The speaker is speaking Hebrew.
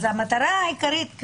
המטרה העיקרית אז בחוק,